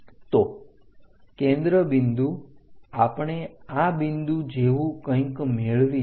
તો કેન્દ્ર બિંદુ આપણે આ બિંદુ જેવું કંઈક મેળવીશું